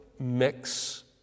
mix